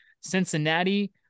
Cincinnati